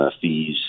fees